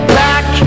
back